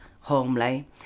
homely